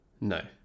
No